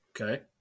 Okay